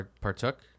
Partook